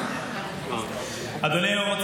אדוני היו"ר,